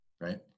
right